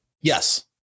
Yes